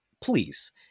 please